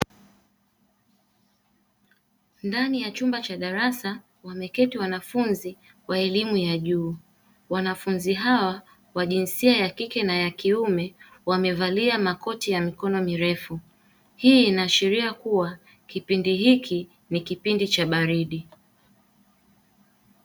Ndani ya chumba cha darasa wameketi wanafunzi wa elimu ya juu, wanafunzi hawa wa jinsia ya kike na kiume wamevalia makoti ya mokono mirefu. Hii inaashiria kua kipindi hichi ni kipindi cha baridi.